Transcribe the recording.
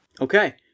okay